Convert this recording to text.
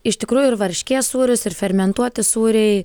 iš tikrųjų ir varškės sūris ir fermentuoti sūriai